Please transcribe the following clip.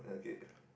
okay